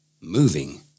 moving